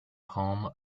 home